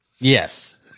Yes